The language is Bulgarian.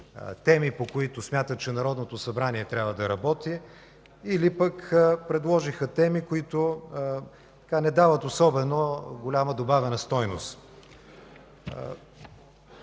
теми, по които смятат, че Народното събрание трябва да работи, или пък предложиха теми, които не дават особено голяма добавена стойност.